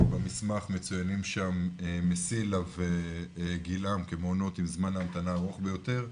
במסמך מצוינים שם 'מסילה' ו'גילעם' כמעונות עם זמן ההמתנה הארוך ביותר,